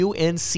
UNC